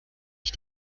ich